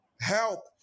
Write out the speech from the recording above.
Help